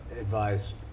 advice